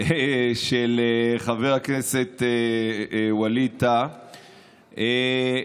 של חבר הכנסת ווליד טאהא,